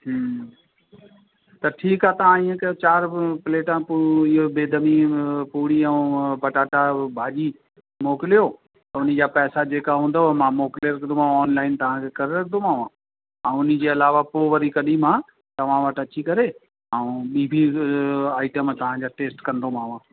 हम्म त ठीकु आहे तव्हां इअं कयो चारि प्लेटां पोइ इहो बेदनी पूरी ऐं पटाटा भाॼी मोकिलियो हुनजा पैसा जेका हूंदव मां मोकिले छॾंदोमांव मां ऑनलाइन तव्हांखे करे रखंदोमांव ऐं हुनजे अलावा पोइ वरी कॾहिं मां तव्हां वटि अची करे ऐं ॿीं बि आइटम तव्हांजा टेस्ट कंदोमांव